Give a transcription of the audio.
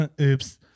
oops